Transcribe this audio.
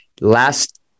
last